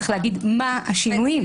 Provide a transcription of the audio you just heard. צריך להגיד מה השינויים,